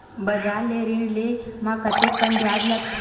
बजार ले ऋण ले म कतेकन ब्याज लगथे?